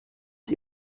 sie